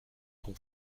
ton